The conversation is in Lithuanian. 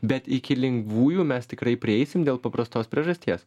bet iki lengvųjų mes tikrai prieisim dėl paprastos priežasties